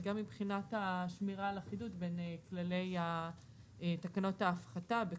וגם מבחינת שמירה על אחידות בין כללי תקנות ההפחתה.